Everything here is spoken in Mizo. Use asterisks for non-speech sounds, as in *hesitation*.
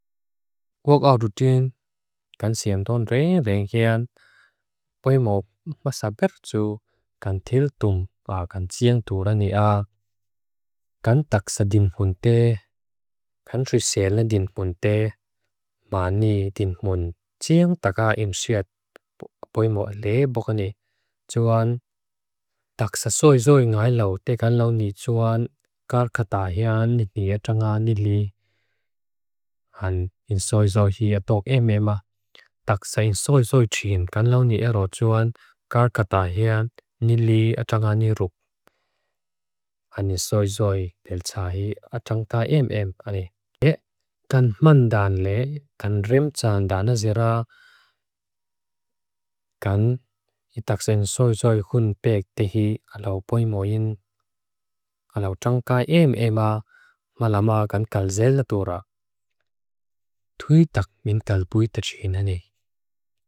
ḵwak'awdudin, kan siyamdawn revenghean. *hesitation* Pueymo *hesitation* masaber tsu kan til tum a kan tsiang tura ni a. Kan taksa din phunte, kan triselen din phunte, *hesitation* maani din mun tsiang taka emsyet. *hesitation* *hesitation* Pueymo lebukani tsuan. Taksa soi soi ngay lau tekan lau ni tsuan, kar kata hean nidniyatra nga nili. Han in soi soi hi atok em ema. *hesitation* Taksa in soi soi tsyin, kan lau ni ero tsuan, kar kata hean, niliyatra nga niruk. *hesitation* Han in soi soi pel tsahi, atangka em em. Kan mandan le, kan rimtsan danazira, *hesitation* kan itaksen soi soi hun pek tehi alau pueymo yin. *hesitation* Alau tsangka em ema, *hesitation* malama kan kalzele tura. *hesitation* Tui tak min talpuita tsyinane.